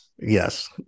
Yes